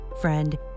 Friend